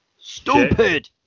Stupid